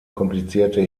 komplizierte